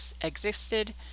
existed